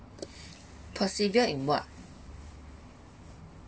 procedure in what